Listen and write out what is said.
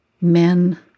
men